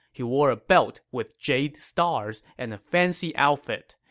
he wore a belt with jade stars and a fancy outfit.